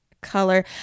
color